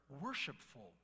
worshipful